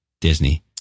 Disney